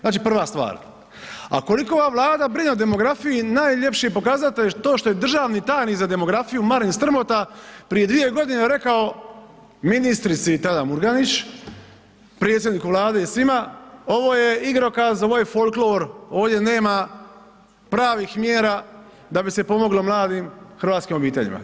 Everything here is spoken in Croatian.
Znači, prva stvar, a koliko ova Vlada brine o demografiji najljepši je pokazatelj to što je državni tajnik za demografiju Marin Strmota prije dvije godine rekao ministrici tada Murganić, predsjedniku Vlade i svima, ovo je igrokaz, ovo je folklor, ovdje nema pravih mjera da bi se pomoglo mladim hrvatskim obiteljima.